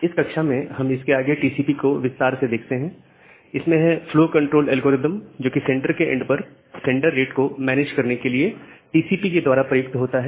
इस कक्षा में हम इसके आगे टीसीपी को विस्तार से देखते हैं इसमें है फ्लो कंट्रोल एल्गोरिदम जो कि सेंडर के एंड पर सेंडर रेट को मैनेज करने के लिए टीसीपी के द्वारा प्रयुक्त होता है